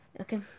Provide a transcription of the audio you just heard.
Okay